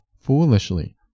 foolishly